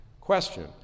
Question